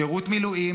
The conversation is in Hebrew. שירות מילואים,